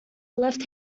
left